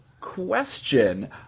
question